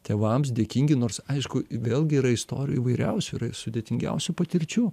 tėvams dėkingi nors aišku vėlgi yra istorijų įvairiausių yra sudėtingiausių patirčių